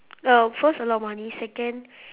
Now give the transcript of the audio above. uh first a lot of money second